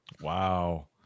Wow